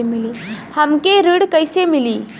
हमके ऋण कईसे मिली?